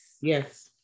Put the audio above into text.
yes